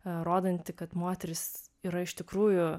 rodanti kad moterys yra iš tikrųjų